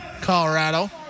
Colorado